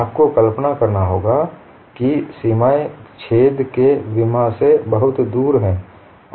आपको कल्पना करना होगा कि सीमाएं छेद के विमा से बहुत दूर हैं